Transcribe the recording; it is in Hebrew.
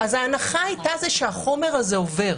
-- ההנחה הייתה שהחומר הזה עובר.